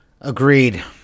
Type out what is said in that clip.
agreed